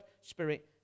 spirit